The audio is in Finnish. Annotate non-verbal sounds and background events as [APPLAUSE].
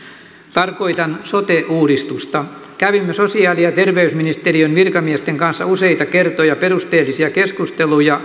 tarkoitan sote uudistusta kävimme sosiaali ja terveysministeriön virkamiesten kanssa useita kertoja perusteellisia keskusteluja [UNINTELLIGIBLE]